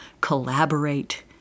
collaborate